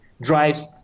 drives